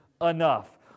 enough